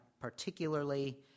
particularly